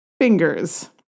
fingers